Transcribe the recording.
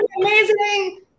amazing